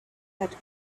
had